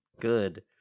good